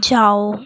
जाओ